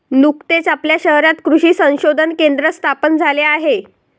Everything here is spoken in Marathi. नुकतेच आपल्या शहरात कृषी संशोधन केंद्र स्थापन झाले आहे